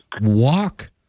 walk